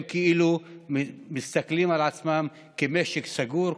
הם כאילו מסתכלים על עצמם כמשק סגור,